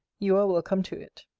you are welcome to it.